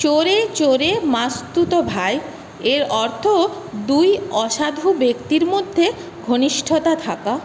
চোরে চোরে মাসতুতো ভাই এর অর্থ দুই অসাধু ব্যক্তির মধ্যে ঘনিষ্ঠতা থাকা